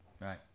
Right